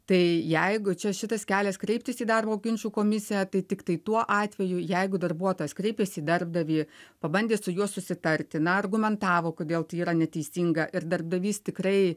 tai jeigu čia šitas kelias kreiptis į darbo ginčų komisiją tai tiktai tuo atveju jeigu darbuotojas kreipėsi į darbdavį pabandė su juo susitarti na argumentavo kodėl tai yra neteisinga ir darbdavys tikrai